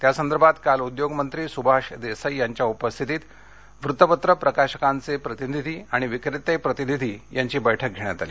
त्या संदर्भात काल उद्योगमंत्री सुभाष देसाई यांच्या उपस्थितीत वृत्तपत्र प्रकाशकांचे प्रतिनिधी आणि विक्रेते प्रतिनिधी यांची बैठक घेण्यात आली